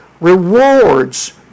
rewards